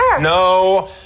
no